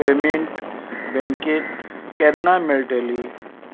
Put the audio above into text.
payment बँकेंत केन्ना मेळटली